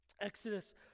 Exodus